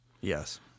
Yes